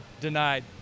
Denied